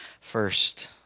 first